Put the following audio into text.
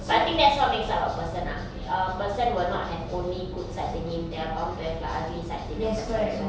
but I think that's what makes up a person ah a person will not have only good sides in him there are bound to have ugly sides in a person also